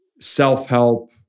self-help